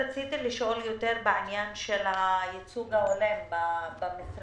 מישהו מחברי הוועדה רוצה להציע מה לעשות עם ה-28 מיליון?